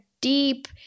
deep